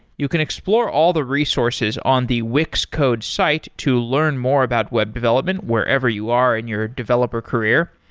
you can explore all the resources on the wix code's site to learn more about web development wherever you are in your developer career.